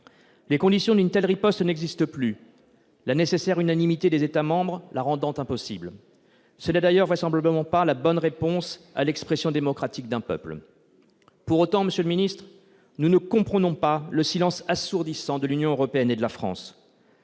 Les conditions d'une telle riposte n'existent plus, la nécessaire unanimité des États membres la rendant impossible. Ce n'est d'ailleurs vraisemblablement pas la bonne réponse à l'expression démocratique d'un peuple. Pour autant, nous ne comprenons pas le silence assourdissant de l'Union européenne et de la France.